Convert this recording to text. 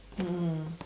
mm